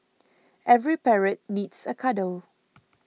every parrot needs a cuddle